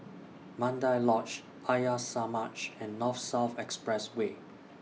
Mandai Lodge Arya Samaj and North South Expressway